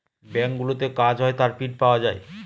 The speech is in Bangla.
ব্যাঙ্কগুলোতে কাজ হয় তার প্রিন্ট পাওয়া যায়